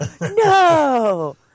no